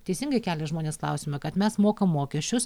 teisingai kelia žmonės klausimą kad mes mokam mokesčius